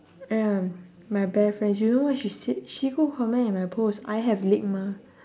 ya my bear friends you know what she said she go comment in my post I have LIGMA